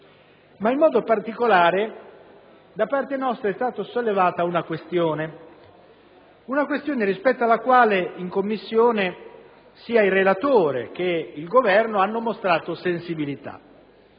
In modo particolare, da parte nostra è stata sollevata una questione rispetto alla quale, in Commissione, sia il relatore che il Governo hanno mostrato sensibilità.